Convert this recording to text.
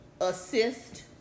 assist